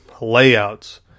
layouts